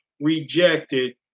rejected